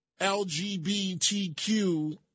LGBTQ